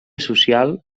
social